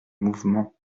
mouvement